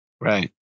Right